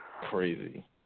Crazy